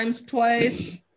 twice